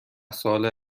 ساله